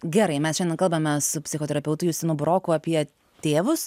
gerai mes šiandien kalbamės su psichoterapeutu justinu buroku apie tėvus